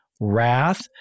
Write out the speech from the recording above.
wrath